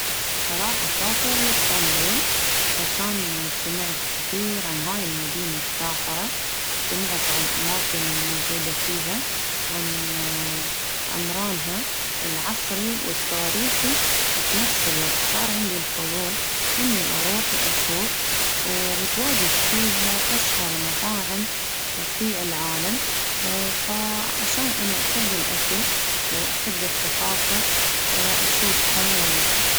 راح أسافر لإسطنبول، عشان سمعت كثير عن هاي المدينة الساحرة، سمعت عن أماكن موجودة فيها عن عمرانها العصري والتاريخي في نفس الوقت، صار عندي الفضول إني أروح وأشوف، ومتواجد فيها أشهر مطاعم في العالم، عشان أنا أحب الأكل وأحب الثقافة. أشوفهم.